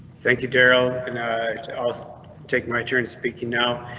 thank you darrell and i take my turn speaking now.